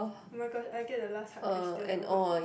oh-my-god I get the last hard question oh but